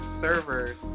servers